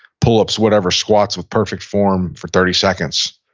pull-ups, whatever, squats with perfect form for thirty seconds.